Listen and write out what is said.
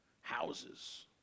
Houses